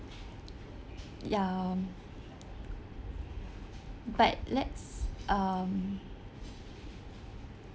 ya but let's um